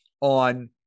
on